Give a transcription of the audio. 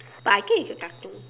but I think it's a cartoon